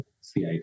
CIT